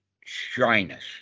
shyness